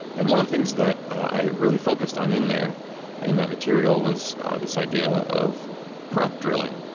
and one of the things that i really focused on in there in that material was this idea of prop drilling,